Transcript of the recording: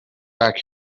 back